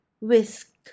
whisk